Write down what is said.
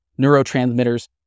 neurotransmitters